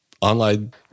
online